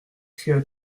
cria